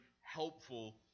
helpful